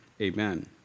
Amen